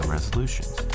Resolutions